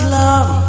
love